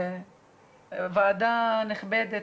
ועדה נכבדת,